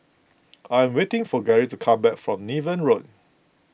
I am waiting for Gary to come back from Niven Road